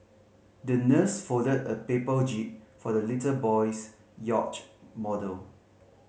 the nurse folded a paper jib for the little boy's yacht model